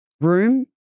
room